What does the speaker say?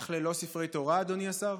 אך ללא ספרי תורה, אדוני השר?